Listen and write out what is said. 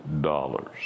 dollars